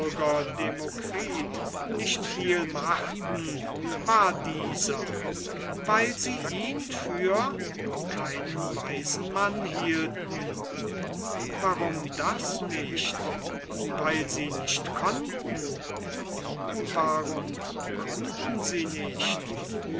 nicht viel machten war dieser weil sie ihn für keinen weisen mann hielten warum das nicht weil sie nicht konnten und warum konnten sie nicht